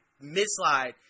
mid-slide